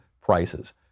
prices